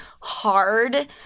hard